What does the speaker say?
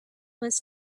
was